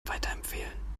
weiterempfehlen